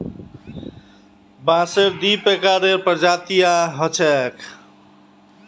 बांसेर दी प्रकारेर प्रजातियां ह छेक